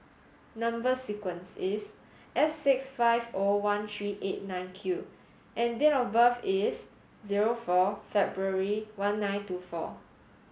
number sequence is S six five O one three eight nine Q and date of birth is zero four February one nine two four